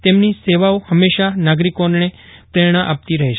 તેમની સેવાઓ હંમેશા નાગરિકોને પ્રેરણા આપતી રહેશે